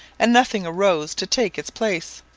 and nothing arose to take its place.